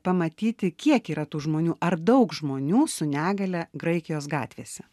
pamatyti kiek yra tų žmonių ar daug žmonių su negalia graikijos gatvėse